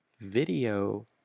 video